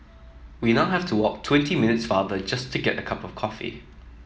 we now have to walk twenty minutes farther just to get a cup of coffee